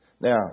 Now